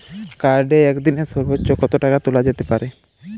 কার্ডে একদিনে সর্বোচ্চ কত টাকা তোলা যেতে পারে?